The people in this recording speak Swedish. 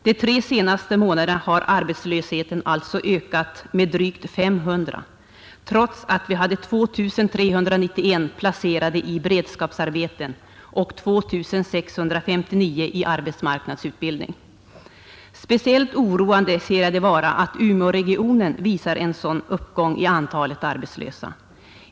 De tre senaste månaderna har arbetslösheten alltså ökat med drygt 500, trots att vi hade 2391 placerade i beredskapsarbete och 2659 i arbetsmarknadsutbildning. Speciellt oroande ser jag det vara att Umeåregionen visar en sådan uppgång i antalet arbetslösa.